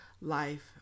life